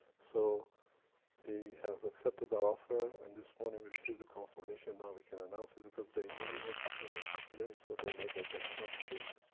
so he has accepted our offer, and this morning we received a confirmation, now we can announce it. because they knew we wanted to announce it today, so they made their best job to do it.